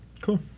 Cool